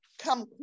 come